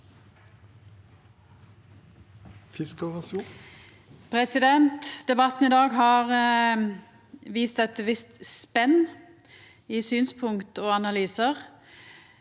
Debatten i dag har vist eit visst spenn i synspunkt og analysar.